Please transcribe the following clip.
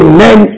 Amen